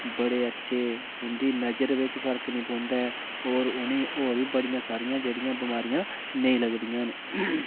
बड़े अच्छे उं'दी नजर बिच फर्क निं पौंदा ऐ होर उ'नें ई होर बी बड़ियां सारियां जेह्ड़ियां बमारियां नेईं लग्गदियां न